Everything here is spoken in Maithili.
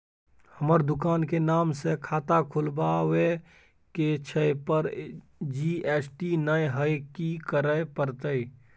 हमर दुकान के नाम से खाता खुलवाबै के छै पर जी.एस.टी नय हय कि करे परतै?